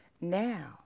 Now